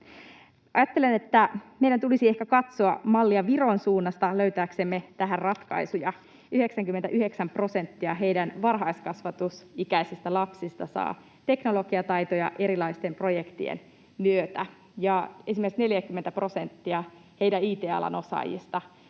Ajattelen, että meidän tulisi ehkä katsoa mallia Viron suunnasta löytääksemme tähän ratkaisuja. 99 prosenttia heidän varhaiskasvatusikäisistä lapsista saa teknologiataitoja erilaisten projektien myötä, ja esimerkiksi 40 prosenttia heidän it-alan osaajistaan